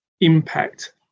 impact